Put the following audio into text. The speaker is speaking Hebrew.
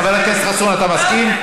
חבר הכנסת יואל חסון, אתה מסכים?